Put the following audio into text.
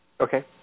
Okay